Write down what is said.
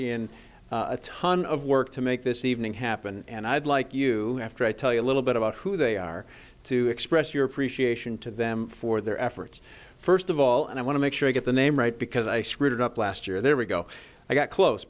in a ton of work to make this evening happen and i'd like you after i tell you a little bit about who they are to express your appreciation to them for their efforts first of all and i want to make sure i get the name right because i screwed up last year there we go i got close